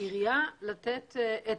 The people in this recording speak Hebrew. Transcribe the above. עירייה לתת את